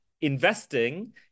investing